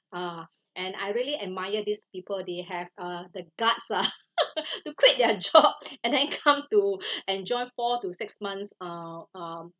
uh and I really admire these people they have uh the guts ah to quit their job and I come to enjoy four to six months uh um